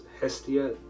Hestia